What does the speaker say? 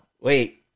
Wait